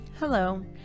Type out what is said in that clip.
Hello